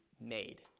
made